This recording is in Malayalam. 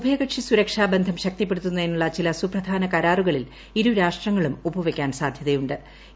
ഉഭയകക്ഷി സുരക്ഷാ ബന്ധം ശക്തിപ്പെടുത്തുന്നതിനുള്ള ചില സുപ്രധാന കരാറുകളിൽ ഇരു രാഷ്ട്രങ്ങളും ഒപ്പുവയ്ക്കാൻ സാധ്യതയുണട്